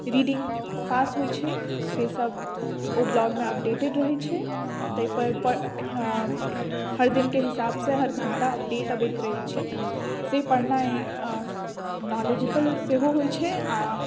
reading पास होइ छै से सब ओ ब्लॉग मे अपडेटेड रहै छै ताहि पर हर दिनके हिसाब सॅं हर घंटा अपडेट अबैत रहै छै से पढ़नाइ नॉलेजेबल सेहो होइ छै आ